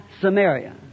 Samaria